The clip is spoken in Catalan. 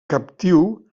captiu